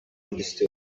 understood